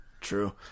True